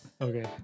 Okay